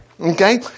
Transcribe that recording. okay